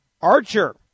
Archer